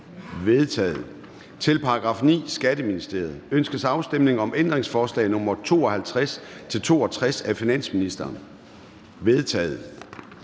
vedtaget. Til § 12. Forsvarsministeriet. Ønskes afstemning om ændringsforslag nr. 84-119 af finansministeren? De er